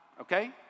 Okay